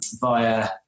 via